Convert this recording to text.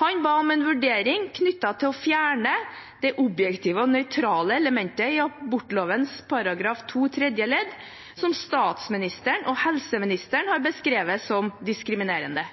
Han ba om en vurdering knyttet til å fjerne det objektive og nøytrale elementet i abortloven § 2 tredje ledd, som statsministeren og helseministeren har beskrevet som diskriminerende.